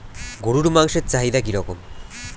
গরুর মাংসের চাহিদা কি রকম?